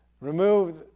Remove